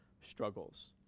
struggles